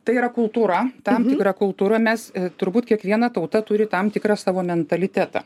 tai yra kultūra tam tikra kultūra mes turbūt kiekviena tauta turi tam tikrą savo mentalitetą